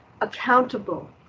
accountable